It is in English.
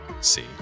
see